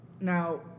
Now